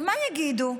מה יגידו?